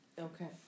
Okay